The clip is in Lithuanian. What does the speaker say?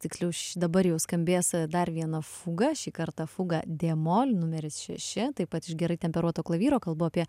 tiksliau ši dabar jau skambės dar viena fuga šį kartą fuga dė mol numeris šeši taip pat iš gerai temperuoto klavyro kalbu apie